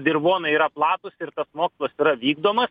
dirvonai yra platūs ir tas mokslas yra vykdomas